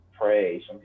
pray